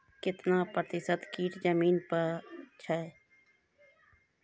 कितना प्रतिसत कीट जमीन पर हैं?